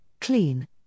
clean